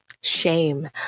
shame